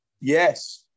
Yes